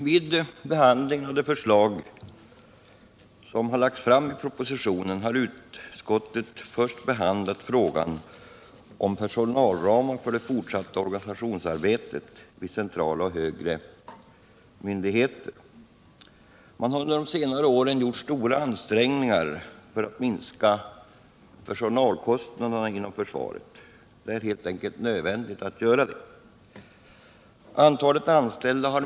| Vid behandlingen av de förslag som har lagts fram i propositionen har utskottet först tagit upp frågan om personalramen för det fortsatta organisationsarbetet vid centrala och högre regionala myndigheter. Man har under senare år gjort stora ansträngningar för att minska personalkostnaderna inom försvaret. Det är helt enkelt nödvändigt att göra det. Antalet anställda har .